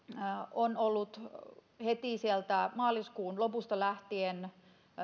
on ollut heti sieltä maaliskuun lopusta lähtien